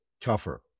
tougher